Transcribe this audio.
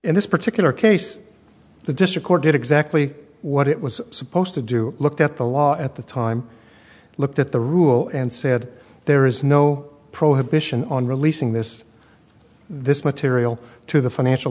in this particular case the district court did exactly what it was supposed to do looked at the law at the time looked at the rule and said there is no prohibition on releasing this this material to the financial